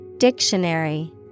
Dictionary